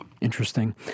Interesting